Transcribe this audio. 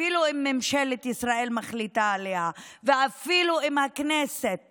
אפילו אם ממשלת ישראל מחליטה עליה ואפילו אם הכנסת